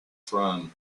from